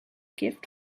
gift